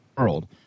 world